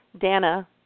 Dana